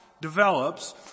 Develops